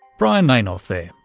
brian lainoff there,